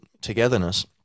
togetherness